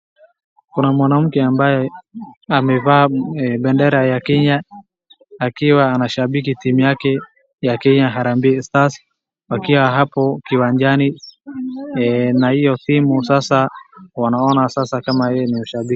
Kuna mwanamke ambaye amevaa bendera ya Kenya akiwa anashabiki timu yake ya Kenya Harambee stars akiwa hapo kiwanjani. Na hiyo timu sasa wanaona sasa kama hiyo ni ushabiki.